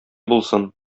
булсын